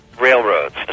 railroads